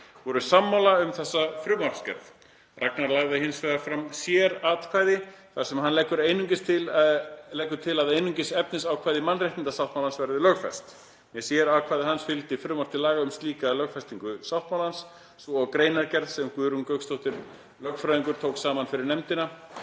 voru sammála um þessa frumvarpsgerð. Ragnar lagði hins vegar fram sératkvæði þar sem hann leggur til að einungis efnisákvæði mannréttindasáttmálans verði lögfest. Með sératkvæði hans fylgdi frumvarp til laga um slíka lögfestingu sáttmálans svo og greinargerð sem Guðrún Gauksdóttir lögfræðingur tók saman fyrir nefndina